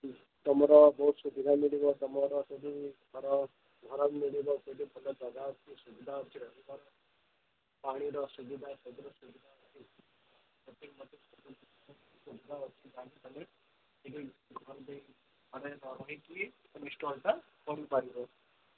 ତୁମର ବହୁତ ସୁବିଧା ମିଳିବ ତୁମର ସେଠି ଘର ଘର ମିଳିବ ସେଠି ଭଲ ଜାଗା ଅଛି ସୁବିଧା ଅଛି ରହିବାର ପାଣିର ସୁବିଧା ସବୁର ସୁବିଧା ଅଛି ଘରେ ରହିକି ତୁମେ ଷ୍ଟଲ୍ଟା ପଡ଼ି ପାରିବ